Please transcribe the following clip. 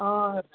आं